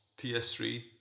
PS3